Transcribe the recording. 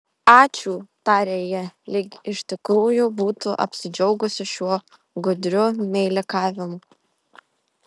ačiū tarė ji lyg iš tikrųjų būtų apsidžiaugusi šiuo gudriu meilikavimu